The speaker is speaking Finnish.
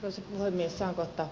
jos toimiessaan kohta